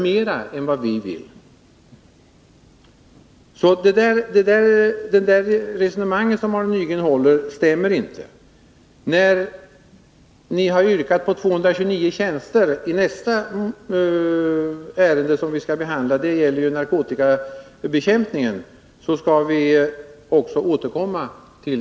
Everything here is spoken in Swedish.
Det resonemang som Arne Nygren för stämmer alltså inte. I nästa ärende som vi skall behandla, som gäller narkotikabekämpningen, har ni yrkat på 229 tjänster. Det skall vi också återkomma till.